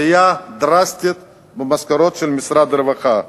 עלייה דרסטית במשכורות במשרד הרווחה.